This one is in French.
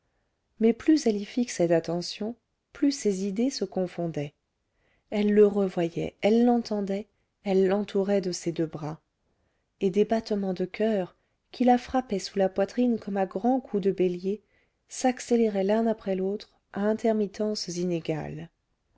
mais plus elle y fixait d'attention plus ses idées se confondaient elle le revoyait elle l'entendait elle l'entourait de ses deux bras et des battements de coeur qui la frappaient sous la poitrine comme à grands coups de bélier s'accéléraient l'un après l'autre à intermittences inégales